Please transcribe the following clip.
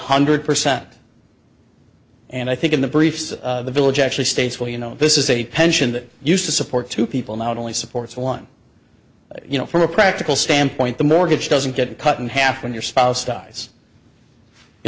hundred percent and i think in the briefs the village actually states well you know this is a pension that used to support two people not only supports one but you know from a practical standpoint the mortgage doesn't get cut in half when your spouse dies the